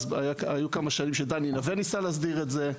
היו כמה שנים שדני נווה ניסה להסדיר את זה.